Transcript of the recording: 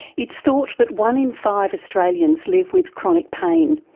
it's thought that one in five australians live with chronic pain.